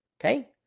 Okay